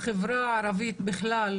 בחברה הערבית בכלל,